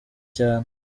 cyane